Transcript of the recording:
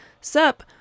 sup